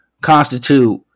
constitute